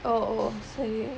oh oh சரி:sari